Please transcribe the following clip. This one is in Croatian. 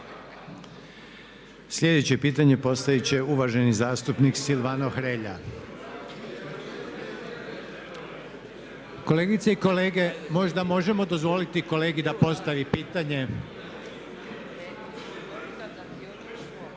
Sljedeće pitanje postavit će uvaženi zastupnik Silvano Hrelja. … /Buka u dvorani./… Kolegice i kolege možda možemo dozvoliti kolegi da postavi pitanje.